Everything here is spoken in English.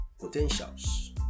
potentials